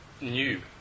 new